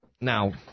Now